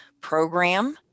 program